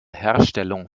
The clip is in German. herstellung